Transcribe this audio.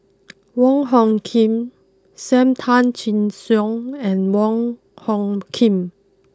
Wong Hung Khim Sam Tan Chin Siong and Wong Hung Khim